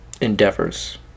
endeavors